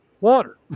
water